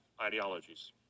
ideologies